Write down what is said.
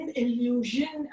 illusion